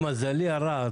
למזלי הרב,